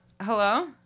Hello